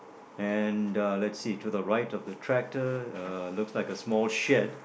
and uh let's see to the right of the tractor uh looks like a small shed